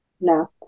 No